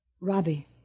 Robbie